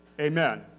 Amen